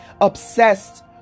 obsessed